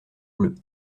bleues